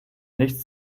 nichts